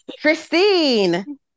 Christine